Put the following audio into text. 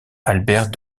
albert